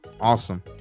Awesome